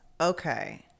Okay